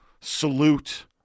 salute